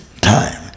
time